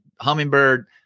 Hummingbird